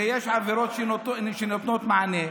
ויש עבירות שנותנות מענה.